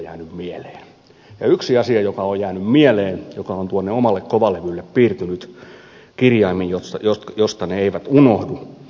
ja yksi asia joka on jäänyt mieleen joka on piirtynyt kirjaimin tuonne omalle kovalevylle josta ne eivät unohdu